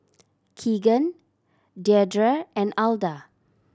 Keegan Deirdre and Alda